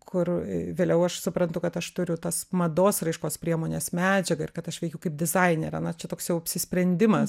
kur vėliau aš suprantu kad aš turiu tas mados raiškos priemones medžiagą ir kad aš veikiu dizainerė na čia toks jau apsisprendimas